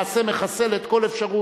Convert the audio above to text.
והתוספת הזאת למעשה מחסלת כל אפשרות,